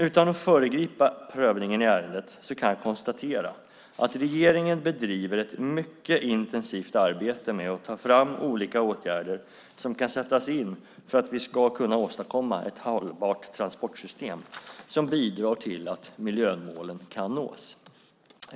Utan att föregripa prövningen i ärendet kan jag konstatera att regeringen bedriver ett mycket intensivt arbete med att ta fram olika åtgärder som kan sättas in för att vi ska kunna åstadkomma ett hållbart transportsystem som bidrar till att miljömålen kan nås.